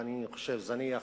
ואני חושב זניח,